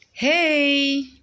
Hey